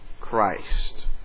Christ